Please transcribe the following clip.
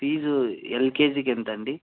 fee ఎల్కెజికి ఎంతండి